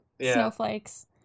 snowflakes